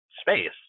space